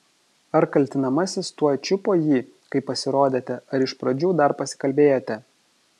ar kaltinamasis tuoj čiupo jį kai pasirodėte ar iš pradžių dar pasikalbėjote